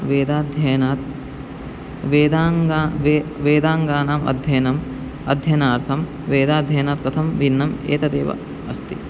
वेदाध्ययनात् वेदाङ्गानि वे वेदाङ्गानाम् अध्ययनम् अध्ययनार्थं वेदाध्ययनात् कथं भिन्नम् एतदेव अस्ति